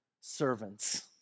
servants